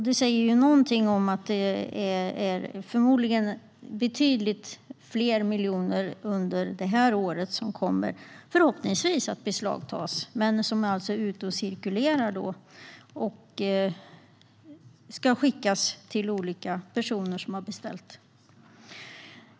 Det säger någonting om att det förmodligen är betydligt fler miljoner under det här året som förhoppningsvis kommer att beslagtas men som är ute och cirkulerar och ska skickas till olika personer som har beställt dem.